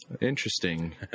Interesting